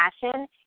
passion